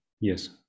Yes